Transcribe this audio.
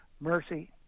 mercy